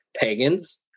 Pagans